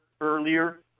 earlier